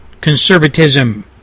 conservatism